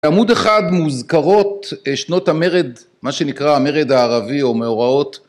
בעמוד אחד מוזכרות שנות המרד מה שנקרא המרד הערבי או מאורעות